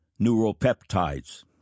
neuropeptides